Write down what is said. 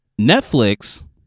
Netflix